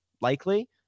likely